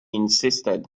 insisted